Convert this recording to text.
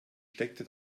steckte